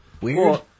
Weird